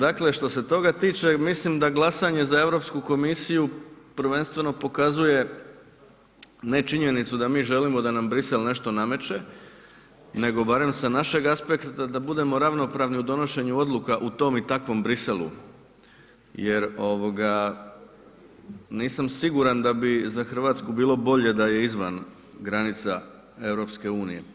Dakle, što se toga tiče mislim da glasanje za Europsku komisiju prvenstveno pokazuje ne činjenicu da mi želimo da nam Bruxelles nešto nameće nego barem sa našeg aspekta da budemo ravnopravni u donošenju odluka u tom i takvom Bruxellesu jer ovoga nisam siguran da bi za Hrvatsku bilo bolje da je izvan granica EU.